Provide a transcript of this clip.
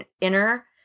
inner